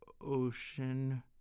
Ocean